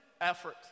effort